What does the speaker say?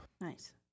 Nice